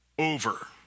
over